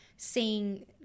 seeing